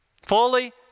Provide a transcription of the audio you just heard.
Fully